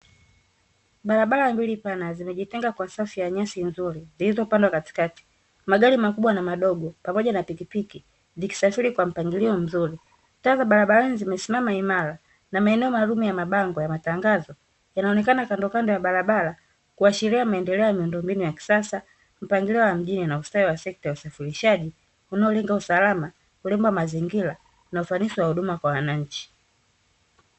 Barabara mbili pana zimejitenga kwa safu ya nyasi nzuri zilizopandwa katikati. Magari makubwa na madogo pamoja na pikipiki zikisafiri kwa mpangilio mzuri. Taa za barabarani zimesimama imara, na maeneo maalumu ya mabango ya matangazo, yanaonekana kando kando ya barabara kuashiria maendeleo ya miundombinu ya kisasa, mpangilio wa mjini na ustawi wa sekta ya usafirishaji unaolenga usalama, urembo wa mazingira na ufanisi wa huduma kwa wananchi.